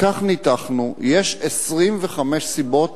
כך ניתחנו, יש 25 סיבות.